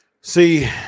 See